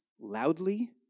loudly